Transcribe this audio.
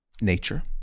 nature